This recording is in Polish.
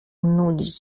nudzić